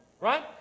right